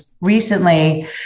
recently